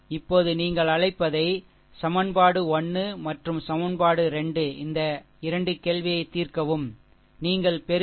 இப்போது நீங்கள் அழைப்பதை சமன்பாடு 1 மற்றும் சமன்பாடு 2 இந்த 2 கேள்வியை தீர்க்கவும் நீங்கள் பெறுவீர்கள் v 1 12